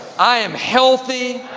i am healthy.